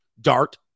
Dart